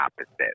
opposite